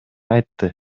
айтты